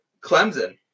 Clemson